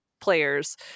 players